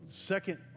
second